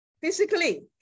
Physically